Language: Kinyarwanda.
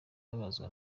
ababazwa